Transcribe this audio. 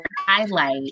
highlight